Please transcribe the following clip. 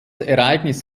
ereignis